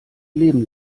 leben